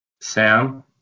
Sam